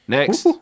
Next